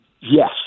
yes